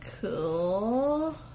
Cool